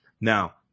Now